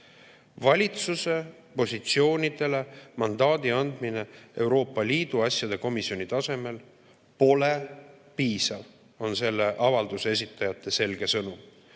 Valitsuse positsioonidele mandaadi andmine Euroopa Liidu asjade komisjoni tasemel pole piisav, on selle avalduse esitajate selge sõnum.